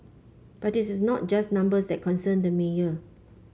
but it is not just numbers that concern the mayor